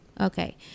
okay